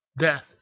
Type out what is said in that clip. Death